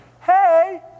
hey